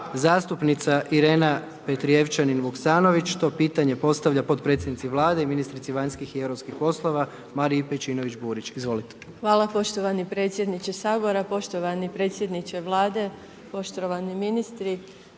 Zastupnica Irena Petrijevčanin Vuksanović, to pitanje postavlja potpredsjednici Vlade i ministrici vanjskih i Europskih poslova, Mariji Pejčinović Burić, izvolite. **Petrijevčanin Vuksanović, Irena (HDZ)** Hvala poštovani predsjedniče Sabora, poštovani predsjedniče Vlade, poštovani ministri,